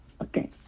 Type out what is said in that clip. okay